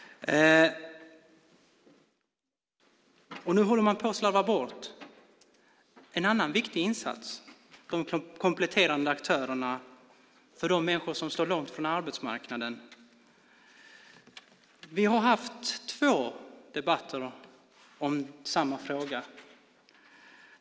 Nu håller man på att slarva bort en annan viktig insats, de kompletterande aktörerna för de människor som står långt från arbetsmarknaden. Vi har haft två debatter om samma fråga.